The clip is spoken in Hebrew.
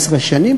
15 שנים,